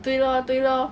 对 lor 对 lor